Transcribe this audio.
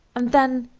and then,